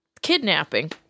kidnapping